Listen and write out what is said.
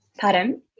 Pardon